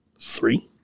Three